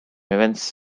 events